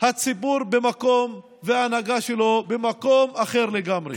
הציבור במקום אחד וההנהגה שלו במקום אחר לגמרי.